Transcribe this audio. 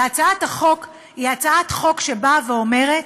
והצעת החוק באה ואומרת,